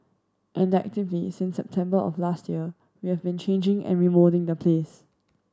and actively since September of last year we have been changing and remoulding the place